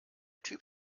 typ